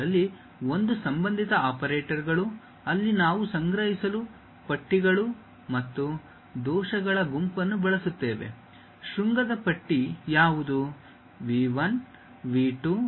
ಅವುಗಳಲ್ಲಿ ಒಂದು ಸಂಬಂಧಿತ ಆಪರೇಟರ್ಗಳು ಅಲ್ಲಿ ನಾವು ಸಂಗ್ರಹಿಸಲು ಪಟ್ಟಿಗಳು ಮತ್ತು ದೋಷಗಳ ಗುಂಪನ್ನು ಬಳಸುತ್ತೇವೆ ಶೃಂಗದ ಪಟ್ಟಿ ಯಾವುದು V 1 V2 V 3 V 4 ನಂತಹದ್ದು